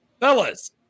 Fellas